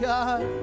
God